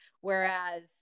whereas